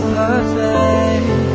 perfect